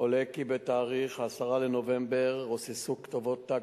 עולה כי ב-10 בנובמבר רוססו כתובות "תג